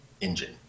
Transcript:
engine